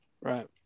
Right